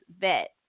vet